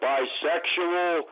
Bisexual